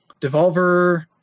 Devolver